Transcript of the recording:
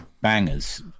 bangers